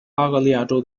巴伐利亚州